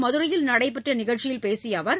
மதுரையில் நடைபெற்ற நிகழ்ச்சியில் பேசிய அவர்